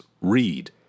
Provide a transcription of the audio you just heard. read